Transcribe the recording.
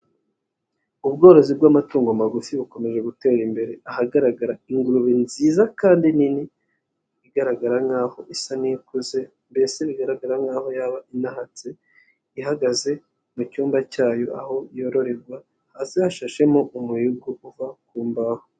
Ubworozi bw'amatungo magufi bukomeje gutera imbere, aha ingurube nziza kandi nini, igaragara nkaho isa n'ikuze, mbese bigaragara nkaho yaba inahatse, ihagaze mu cyumba cyayo aho yororerwa, hasi hashashemo umuyugo uva ku mbaho.